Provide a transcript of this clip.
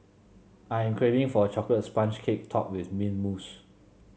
I am craving for a chocolate sponge cake topped with mint mousse